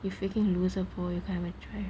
you freaking loser bro you can't even try